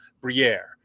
Briere